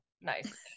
nice